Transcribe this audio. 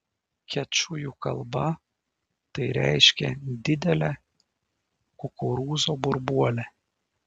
kečujų kalba tai reiškia didelę kukurūzo burbuolę